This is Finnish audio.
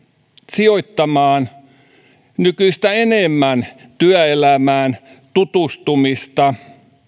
sijoittamaan nykyistä enemmän työelämään tutustumista